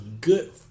good